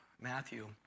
Matthew